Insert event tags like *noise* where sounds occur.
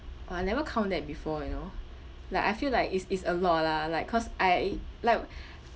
oh I never count that before you know like I feel like it's it's a lot lah like cause I like *breath*